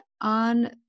on